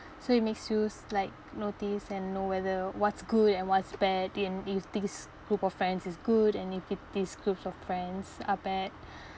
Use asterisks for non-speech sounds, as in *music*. so it makes you like notice and know whether what's good and what's bad and if this group of friends is good and if this group of friends are bad *breath*